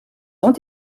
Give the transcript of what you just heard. ont